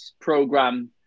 program